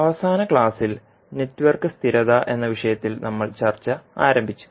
അവസാന ക്ലാസ്സിൽ നെറ്റ്വർക്ക് സ്ഥിരത എന്ന വിഷയത്തിൽ നമ്മൾ ചർച്ച ആരംഭിച്ചു